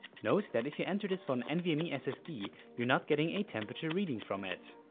note that if you entered is for an nvme yeah ssd you're not getting a temperature reading from it.